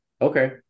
Okay